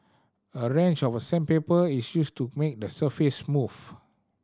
a range of sandpaper is used to make the surface smooth